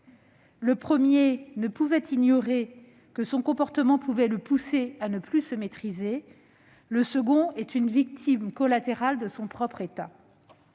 Le premier ne pouvait ignorer que son comportement pouvait le pousser à ne plus se maîtriser ; le second est une victime collatérale de son propre état.